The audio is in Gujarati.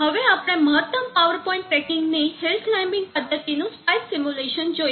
હવે આપણે મહત્તમ પાવર પોઇન્ટ ટ્રેકિંગ ની હિલ ક્લાઈમ્બીંગ પદ્ધતિનું સ્પાઇસ સિમ્યુલેશન જોઈશું